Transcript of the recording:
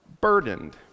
burdened